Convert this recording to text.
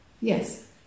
Yes